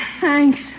Thanks